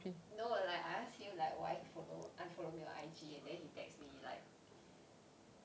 no like I ask him like why he follow unfollow me on I_G and then he text me like